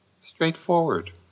straightforward